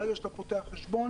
ברגע שאתה פותח חשבון,